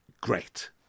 Great